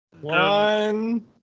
one